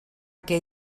què